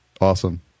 Awesome